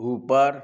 ऊपर